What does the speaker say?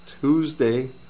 Tuesday